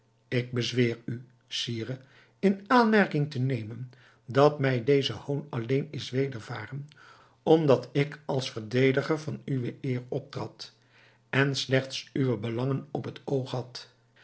ik bezweer u sire in aanmerking te nemen dat mij deze hoon alleen is wedervaren omdat ik als verdediger van uwe eer optrad en slechts uwe belangen op het oog had